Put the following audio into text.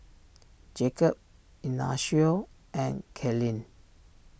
Jacob Ignacio and Kaylynn